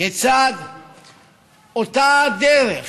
אותה דרך,